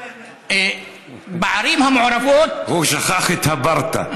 בערים המעורבות, הוא שכח את ה"ברטא".